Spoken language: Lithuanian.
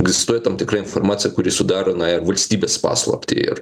egzistuoja tam tikra informacija kuri sudaro valstybės paslaptį ir